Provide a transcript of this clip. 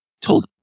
Told